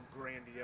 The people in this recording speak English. grandiose